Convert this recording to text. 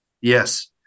Yes